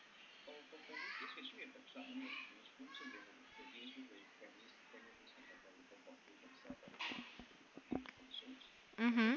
mmhmm